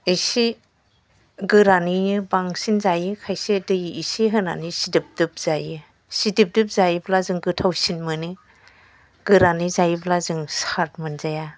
एसे गोरानैनो बांसिन जायो खायसे दै एसे होनानै सिदोब दोब जायो सिदोब दोब जायोब्ला जों गोथावसिन मोनो गोरानै जायोब्ला जों सात मोनजाया